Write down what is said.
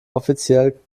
offiziell